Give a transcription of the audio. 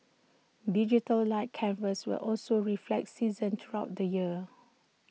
digital light canvas will also reflect seasons throughout the year